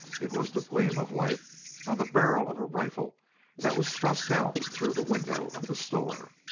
it was the gleam of light on the barrel of a rifle that was thrust out through the window of the store.